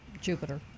Jupiter